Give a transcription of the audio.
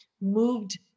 moved